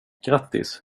grattis